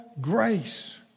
grace